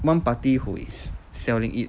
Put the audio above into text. one party who is selling it